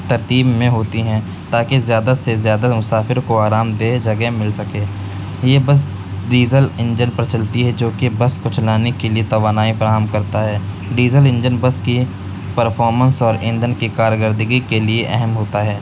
ترتیب میں ہوتی ہیں تاکہ زیادہ سے زیادہ مسافر کو آرام دہ جگہ مل سکے یہ بس ڈیزل انجن پر چلتی ہے جو کہ بس کو چلانے کے لیے توانائی فراہم کرتا ہے ڈیزل انجن بس کی پرفارمنس اور ایندھن کی کارکردگی کے لیے اہم ہوتا ہے